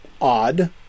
odd